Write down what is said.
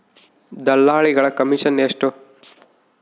ದಲ್ಲಾಳಿಗಳ ಕಮಿಷನ್ ಎಷ್ಟು?